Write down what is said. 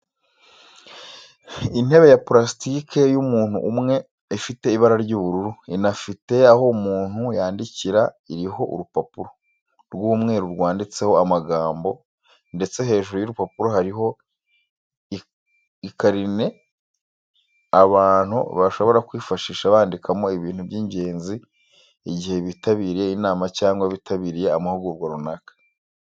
Intebe ya purasitike y'umuntu umwe ifite ibara ry'ubururu, inafite aho umuntu yandikira, iriho urupapuro rw'umweru rwanditseho amagambo ndetse hejuru y'urupapuro hariho ikarine abantu bashobora kwifashisha bandikamo ibintu by'ingenzi igihe bitabiriye inama cyangwa bitabiriye amahugurwa runaka.